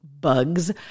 bugs